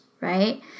right